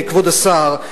כבוד השר,